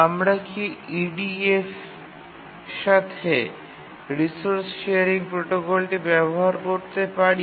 আমরা কি EDF সাথে রিসোর্স শেয়ারিং প্রোটোকলটি ব্যবহার করতে পারি